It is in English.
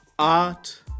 Art